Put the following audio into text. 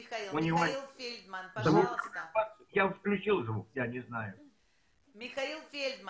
ואני אגיד את מה שאני כבר יודעת להגיד, המקום הזה